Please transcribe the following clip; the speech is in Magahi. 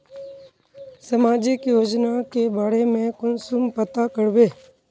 सामाजिक योजना के बारे में कुंसम पता करबे?